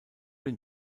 den